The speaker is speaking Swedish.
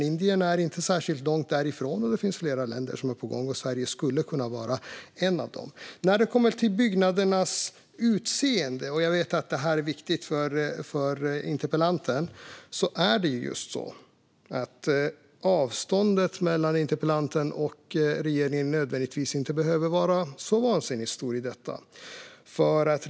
Indien är inte särskilt långt därifrån, och det finns fler länder som är på gång. Sverige skulle kunna vara ett av dem. När det gäller byggnadernas utseende - jag vet att detta är viktigt för interpellanten - behöver avståndet mellan interpellanten och regeringen inte nödvändigtvis vara så vansinnigt stort.